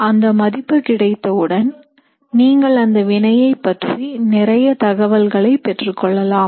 அந்த மதிப்பு கிடைத்தவுடன் நீங்கள் அந்த வினையை பற்றி நிறைய தகவல்களை பெற்றுக்கொள்ளலாம்